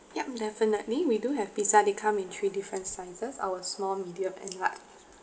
yup definitely we do have pizza they come in three different sizes our small medium and large